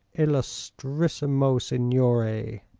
illustrissimo signore,